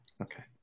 Okay